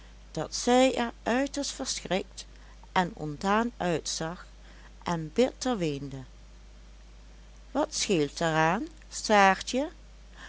dat zij er uiterst verschrikt en ontdaan uitzag en bitter weende wat scheelt er aan saartje